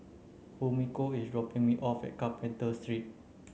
Fumiko is dropping me off at Carpenter Street